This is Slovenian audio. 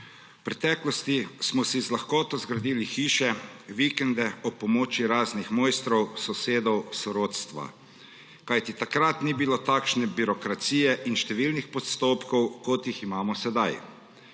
V preteklosti smo si z lahkoto zgradili hiše, vikende ob pomoči raznih mojstrov, sosedov, sorodstva, kajti takrat ni bilo takšne birokracije in številnih postopkov, kot jih imamo sedaj.